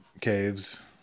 caves